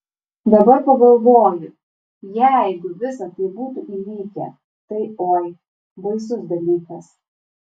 dabar pagalvoju jeigu visa tai būtų įvykę tai oi baisus dalykas